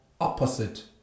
opposite